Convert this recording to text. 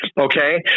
okay